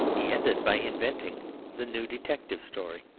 he ended by inventing the new detective story